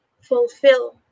fulfill